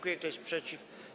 Kto jest przeciw?